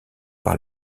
par